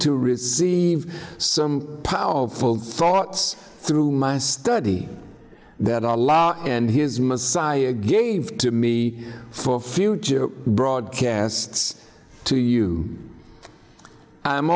to receive some powerful thoughts through my study that our law and his messiah gave to me for future broadcasts to you i'm